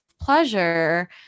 pleasure